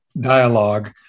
dialogue